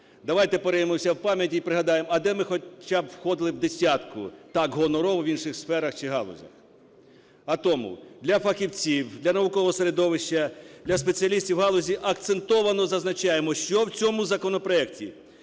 Давайте пориємося в пам'яті і пригадаємо, а де ми хоча б входили в десятку так гонорово в інших сферах чи галузях. А тому, для фахівців, для наукового середовища, для спеціалістів галузі акцентовано зазначаємо, що в цьому законопроекті.